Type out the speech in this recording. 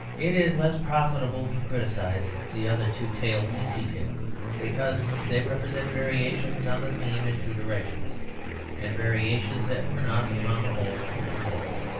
it is less profitable to criticise the other two tales in detail because they represent variations on the theme in two directions and variations that were not, upon the whole, improvements.